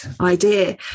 idea